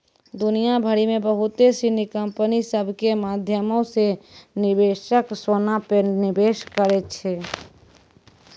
दुनिया भरि मे बहुते सिनी कंपनी सभ के माध्यमो से निवेशक सोना पे निवेश करै छै